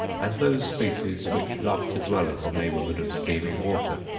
and those species which love to dwell in the neighbourhood of steaming water.